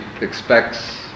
expects